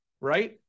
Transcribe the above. right